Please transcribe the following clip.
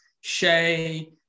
Shea